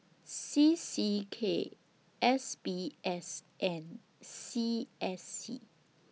C C K S B S and C S C